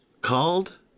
called